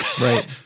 Right